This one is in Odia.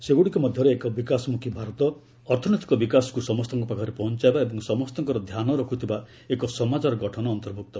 ସେଗୁଡ଼ିକ ମଧ୍ୟରେ ଏକ ବିକାଶମୁଖୀ ଭାରତ ଅର୍ଥନୈତିକ ବିକାଶକୁ ସମସ୍ତଙ୍କ ପାଖରେ ପହଞ୍ଚାଇବା ଏବଂ ସମସ୍ତଙ୍କର ଧ୍ୟାନ ରଖିଥିବା ଏକ ସମାଜର ଗଠନ ଅନ୍ତର୍ଭ୍ତକ୍ତ